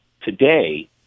Today